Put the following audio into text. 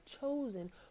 chosen